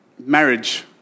marriage